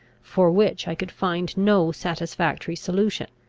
for which i could find no satisfactory solution.